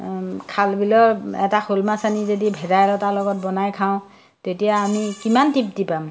খাল বিলৰ এটা শ'ল মাছ আনি যদি ভেদাইলতাৰ লগত বনাই খাওঁ তেতিয়া আমি কিমান তৃপ্তি পাম